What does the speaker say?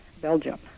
Belgium